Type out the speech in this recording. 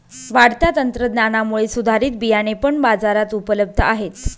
वाढत्या तंत्रज्ञानामुळे सुधारित बियाणे पण बाजारात उपलब्ध आहेत